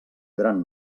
gran